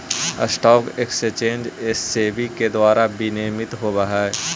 stock exchange SEBI के द्वारा विनियमित होवऽ हइ